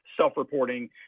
self-reporting